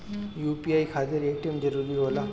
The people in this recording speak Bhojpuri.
यू.पी.आई खातिर ए.टी.एम जरूरी होला?